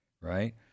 right